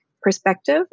perspective